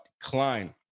Klein